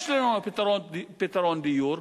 יש לנו פתרון דיור,